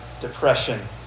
depression